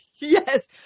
Yes